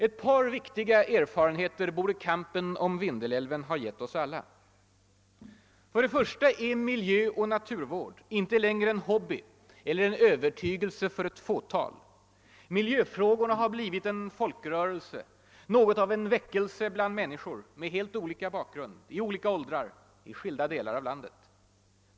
Ett par viktiga erfarenheter borde kampen om Vindelälven ha givit oss alla. Den första erfarenheten är att miljöoch naturvård inte längre är en hobby eller en övertygelse för ett fåtal. Miljöfrågorna har blivit en folkrörelse, något av en väckelse bland människor med helt olika bakgrund, i olika åldrar, i skilda delar av landet.